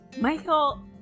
michael